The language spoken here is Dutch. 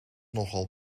nogal